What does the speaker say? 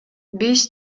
биз